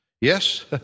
Yes